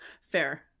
Fair